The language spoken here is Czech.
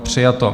Přijato.